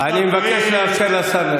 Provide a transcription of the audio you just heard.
אני מבקש לאפשר לשר להשיב.